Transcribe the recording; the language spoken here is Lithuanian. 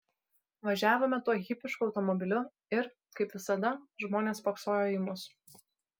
važiavome tuo hipišku automobiliu ir kaip visada žmonės spoksojo į mus